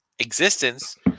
existence